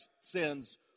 sins